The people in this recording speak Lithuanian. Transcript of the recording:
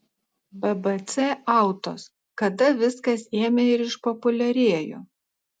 bbc autos kada viskas ėmė ir išpopuliarėjo